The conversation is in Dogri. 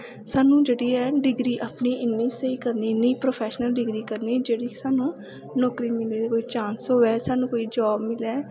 सानूं जेह्ड़ी ऐ डिग्री अपनी इन्नी स्हेई करनी इन्नी प्रोफैशनल डिग्री करनी जेह्ड़ी सानूं नौकरी मिलने दे कोई चांस होए सानूं कोई जाब मिलै